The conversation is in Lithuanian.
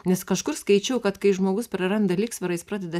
nes kažkur skaičiau kad kai žmogus praranda lygsvarą jis pradeda